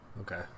Okay